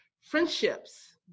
friendships